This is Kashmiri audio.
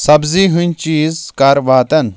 سبزی ہٕنٛدۍ چیٖز کَر واتَن